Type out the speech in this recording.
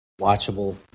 watchable